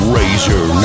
Razor